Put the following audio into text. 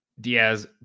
Diaz